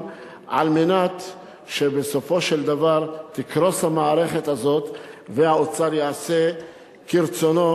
כדי שבסופו של דבר תקרוס המערכת הזאת והאוצר יעשה בתוכה